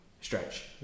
stretch